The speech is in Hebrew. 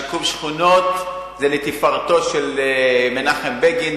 שיקום שכונות זה לתפארתם של מנחם בגין,